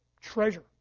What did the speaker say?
treasure